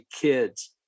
kids